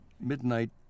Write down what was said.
midnight